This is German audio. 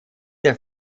der